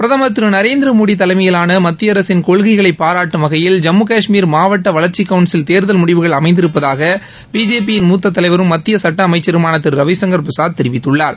பிரதமர் திரு நரேந்திர மோடி தலைமையிலான மத்திய அரசின் கொள்கைகளை பாராட்டும் வகையில் ஜம்மு காஷ்மீர் மாவட்ட வளர்ச்சி கவுன்சில் தேர்தல் முடிவுகள் அமைந்திருப்பதாக பிஜேபின் மூத்த தலைவரும் மத்திய சட்ட அமைச்சருமான திரு ரவிசங்கர் பிரசாத் தெரிவித்துள்ளார்